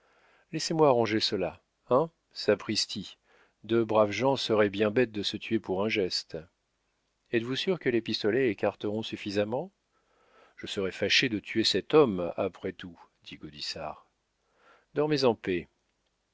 laissez-moi arranger cela hein sapristi deux braves gens seraient bien bêtes de se tuer pour un geste êtes-vous sûr que les pistolets écarteront suffisamment je serais fâché de tuer cet homme après tout dit gaudissart dormez en paix